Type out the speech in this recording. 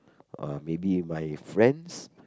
uh maybe my friends